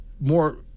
more